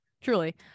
Truly